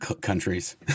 countries